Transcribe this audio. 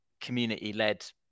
community-led